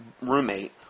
roommate